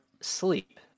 sleep